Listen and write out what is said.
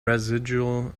residual